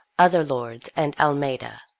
other lords and almeda.